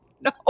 no